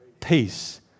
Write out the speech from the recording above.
peace